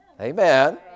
Amen